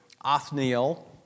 Othniel